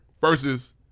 Versus